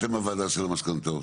אתם הוועדה של המשכנתאות?